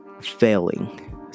failing